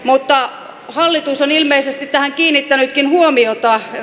mutta hallitus on ilmeisesti tähän kiinnittänytkin huomioita